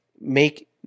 make